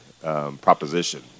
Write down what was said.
proposition